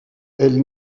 elle